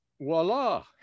voila